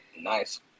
nice